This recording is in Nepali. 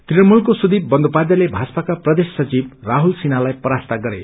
तृणमूलको सुदीप बन्दोपाध्यायले भाजपका प्रदेश सचिव राहुल सिन्हालाइ परास्त गरे